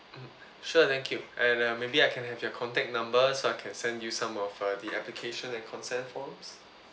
mm sure thank you and uh maybe I can have your contact numbers so I can send you some of uh the application and consent forms